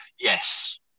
Yes